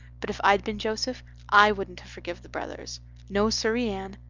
but if i'd been joseph i wouldn't have forgive the brothers no, siree, anne.